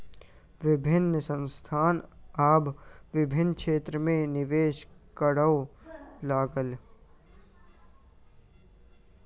विभिन्न संस्थान आब विभिन्न क्षेत्र में निवेश करअ लागल